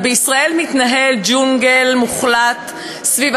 אבל בישראל מתנהל ג'ונגל מוחלט סביב